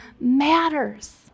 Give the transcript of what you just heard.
matters